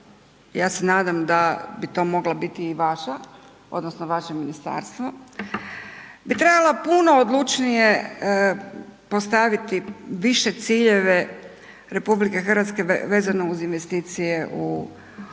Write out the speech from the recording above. ja se nadam da bi to mogla biti i vaša, odnosno vaše ministarstvo bi trebala puno odlučnije postaviti više ciljeve RH vezano uz investicije u Hrvatske